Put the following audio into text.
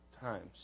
times